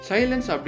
Silence